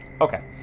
Okay